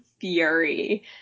fury